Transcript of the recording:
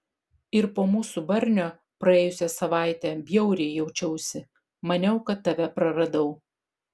ir po mūsų barnio praėjusią savaitę bjauriai jaučiausi maniau kad tave praradau